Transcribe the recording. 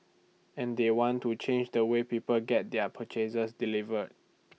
and they want to change the way people get their purchases delivered